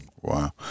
Wow